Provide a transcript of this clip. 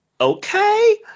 Okay